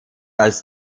als